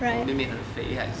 我妹妹很肥还是